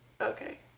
Okay